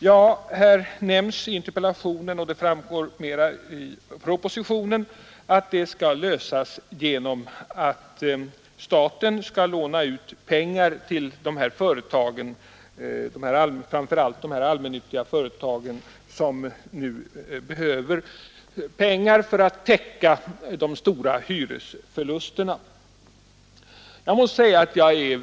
Det nämns i interpellationssvaret — och det framgår tydligare av propositionen — att det skall lösas genom att staten ger lån till de bostadsföretag, framför allt de allmännyttiga, som nu behöver pengar för att täcka de stora hyresförlusterna.